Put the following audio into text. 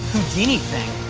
houdini thing.